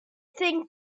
thing